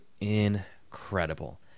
incredible